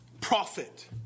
Prophet